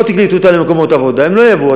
לא תקלטו אותם למקומות עבודה, הם לא יבואו.